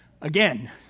again